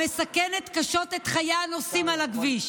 המסכנת קשות את חיי הנוסעים על הכביש?